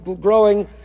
growing